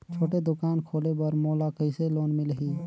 छोटे दुकान खोले बर मोला कइसे लोन मिलही?